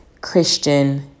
Christian